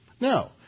No